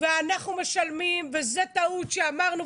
ואנחנו משלמים וזו טעות שאמרנו.